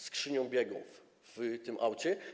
Skrzynią biegów w tym aucie.